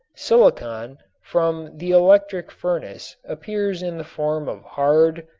silicon from the electric furnace appears in the form of hard,